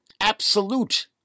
absolute